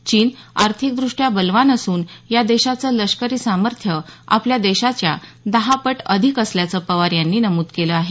चीन आर्थिकदृष्ट्या बलवान असून या देशाचं लष्करी सामर्थ्य आपल्या देशाच्या दहापट अधिक असल्याचं पवार यांनी नमूद केलं आहे